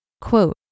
Quote